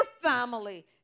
family